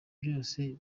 byose